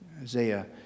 Isaiah